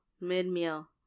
mid-meal